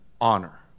honor